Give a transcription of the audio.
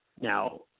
Now